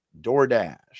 DoorDash